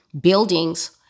buildings